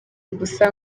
gusa